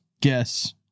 Guess